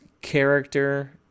character